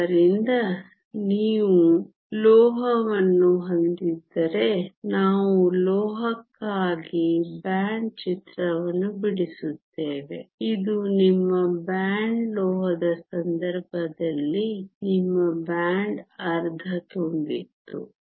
ಆದ್ದರಿಂದ ನೀವು ಲೋಹವನ್ನು ಹೊಂದಿದ್ದರೆ ನಾವು ಲೋಹಕ್ಕಾಗಿ ಬ್ಯಾಂಡ್ ಚಿತ್ರವನ್ನು ಬಿಡಿಸುತ್ತೇವೆ ಇದು ನಿಮ್ಮ ಬ್ಯಾಂಡ್ ಲೋಹದ ಸಂದರ್ಭದಲ್ಲಿ ನಿಮ್ಮ ಬ್ಯಾಂಡ್ ಅರ್ಧ ತುಂಬಿತ್ತು